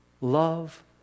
love